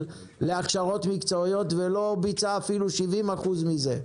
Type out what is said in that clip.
להכשרות מקצועיות ולא ביצעה אפילו 70% מזה.